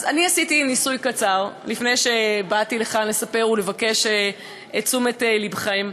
אני עשיתי ניסוי קצר לפני שבאתי לכאן לספר ולבקש את תשומת לבכם.